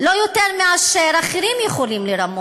יותר מאשר אחרים יכולים לרמות.